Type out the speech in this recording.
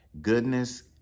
goodness